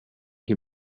can